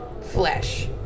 flesh